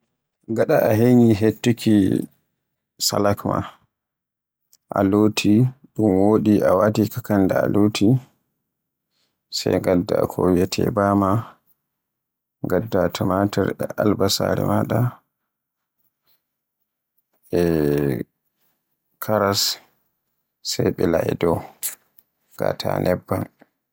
Gaɗa a heyni yettuki salak ma ɗun wodi, a loti a waɗi kakanda a loti, sey ngadda ko wiyeete bama, ngadda albasare e tumatur maaɗa e karas sey ɓila e dow ngàta nebban.